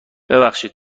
ببخشید